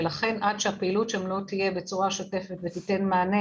ולכן עד שהפעילות שם לא תהיה בצורה שוטפת ותיתן מענה